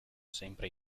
sempre